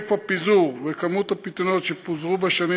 היקף הפיזור וכמות הפיתיונות שפוזרו בשנים